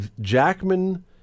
Jackman